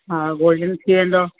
हा गोलन थी वेंदो